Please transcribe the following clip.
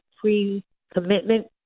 pre-commitment